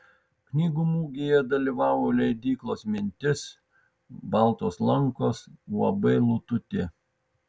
knygų mugėje dalyvavo leidyklos mintis baltos lankos uab lututė